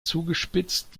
zugespitzt